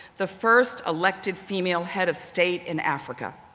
the first elected female head of state in africa.